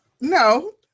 No